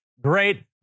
Great